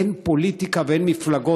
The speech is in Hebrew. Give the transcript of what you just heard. בהסברה אין פוליטיקה ואין מפלגות,